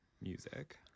music